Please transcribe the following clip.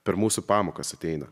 per mūsų pamokas ateina